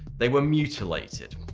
they were mutilated.